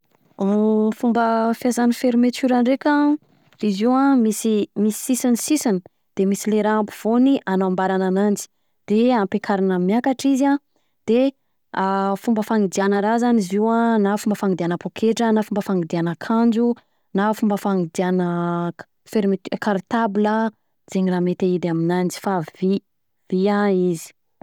Fomba fiasan'ny fermeture ndreka an, Izy io an misy, misy sisiny sisiny de misy le raha ampovoany anambarana ananjy, de ampiakarina miakatra izy an, de fomba fanidiana raha zany izy io an, na fomba fanidiana poketra, fomba fanidiana akanjo, na fomba fanidiana fermet- cartable an zegny raha mety ahidy aminanjy, fa vy, vy an izy.